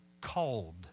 cold